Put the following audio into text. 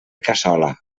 cassola